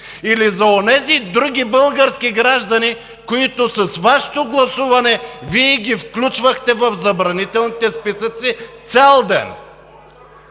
или за онези други български граждани, които с Вашето гласуване Вие ги включвахте в забранителните списъци цял ден?